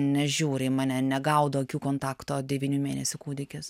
nežiūri į mane negaudo akių kontakto devynių mėnesių kūdikis